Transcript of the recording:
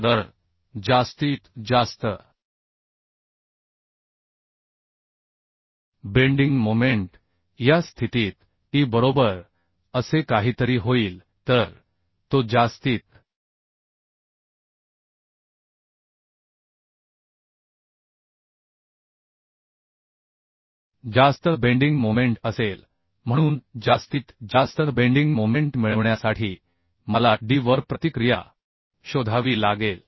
तर जास्तीत जास्त बेंडिंग मोमेंट या स्थितीत E बरोबर असे काहीतरी होईल तर तो जास्तीत जास्त बेंडिंग मोमेंट असेल म्हणून जास्तीत जास्त बेंडिंग मोमेंट मिळविण्यासाठी मला d वर प्रतिक्रिया शोधावी लागेल